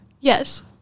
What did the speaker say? Yes